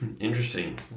Interesting